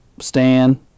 Stan